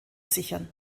sichern